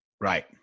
Right